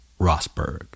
Rosberg